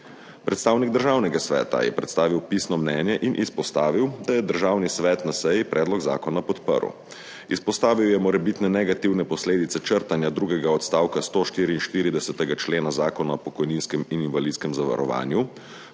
Predstavnik Državnega sveta je predstavil pisno mnenje in izpostavil, da je Državni svet na seji predlog zakona podprl. Izpostavil je morebitne negativne posledice črtanja drugega odstavka 144. člena Zakona o pokojninskem in invalidskem zavarovanju,